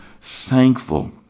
thankful